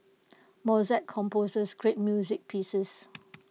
Mozart composes great music pieces